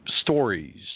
stories